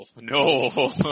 no